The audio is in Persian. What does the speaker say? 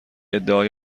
ادعای